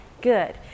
Good